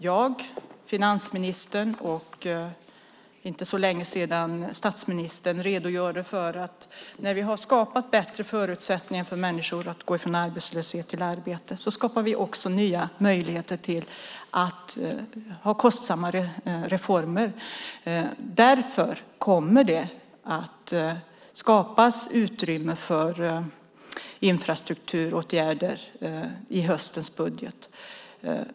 Jag, finansministern och för inte så länge sedan statsministern redogjorde för att när vi skapat bättre förutsättningar för människor att gå från arbetslöshet till arbete skapar vi också nya möjligheter att ha kostsamma reformer. Därför kommer det att skapas utrymme för infrastrukturåtgärder i höstens budget.